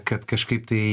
kad kažkaip tai